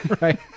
Right